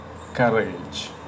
courage